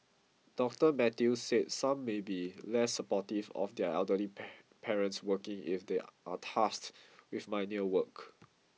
Doctor Matthew said some may be less supportive of their elderly parents working if they are tasked with menial work